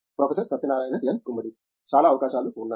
professor Satyanarayana N Gummadi చాలా అవకాశాలు ఉన్నాయి